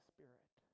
Spirit